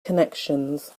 connections